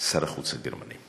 שר החוץ הגרמני?